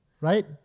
right